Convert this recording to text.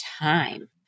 time